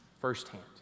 firsthand